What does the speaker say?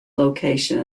location